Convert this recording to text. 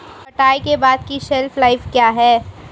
कटाई के बाद की शेल्फ लाइफ क्या है?